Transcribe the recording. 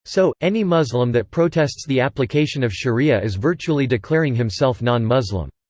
so, any muslim that protests the application of sharia is virtually declaring himself non-muslim.